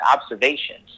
observations